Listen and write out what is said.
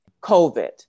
COVID